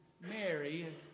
Mary